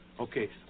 Okay